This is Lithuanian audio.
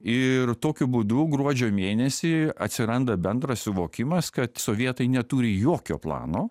ir tokiu būdu gruodžio mėnesį atsiranda bendras suvokimas kad sovietai neturi jokio plano